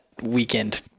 weekend